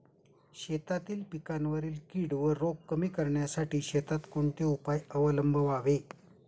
शेतातील पिकांवरील कीड व रोग कमी करण्यासाठी शेतात कोणते उपाय अवलंबावे?